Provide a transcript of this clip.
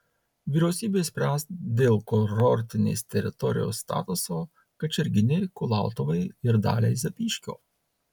vyriausybė spręs dėl kurortinės teritorijos statuso kačerginei kulautuvai ir daliai zapyškio